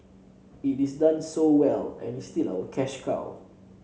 it is done so well and is still our cash cow